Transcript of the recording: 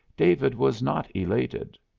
david was not elated.